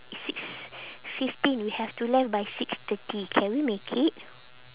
six fifteen we have to left by six thirty can we make it